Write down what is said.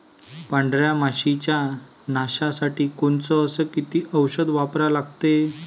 पांढऱ्या माशी च्या नाशा साठी कोनचं अस किती औषध वापरा लागते?